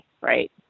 Right